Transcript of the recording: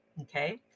Okay